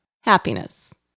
happiness